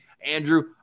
Andrew